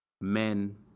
men